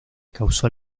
causó